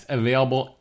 available